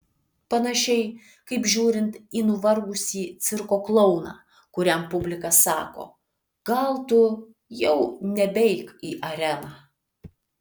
panašiai kaip žiūrint į nuvargusį cirko klouną kuriam publika sako gal tu jau nebeik į areną